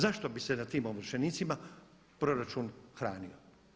Zašto bi se nad tim ovršenicima proračun hranio?